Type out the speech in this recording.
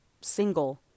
single